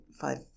five